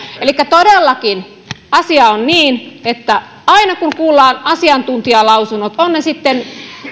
todellakin asia on niin että aina kun kuullaan asiantuntijalausunnot ovat ne sitten